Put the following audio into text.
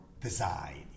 design